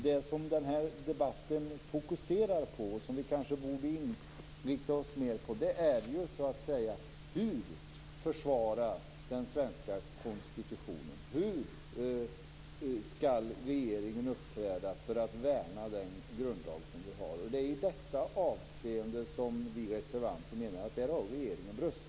Det som den här debatten fokuserar på och som vi kanske borde inrikta oss mer på är hur den svenska konstitutionen skall försvaras och hur regeringen skall uppträda för att värna vår grundlag. Det är i detta avseende som vi reservanter menar att regeringen har brustit.